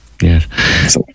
yes